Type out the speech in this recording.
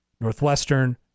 Northwestern